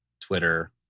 Twitter